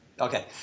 okay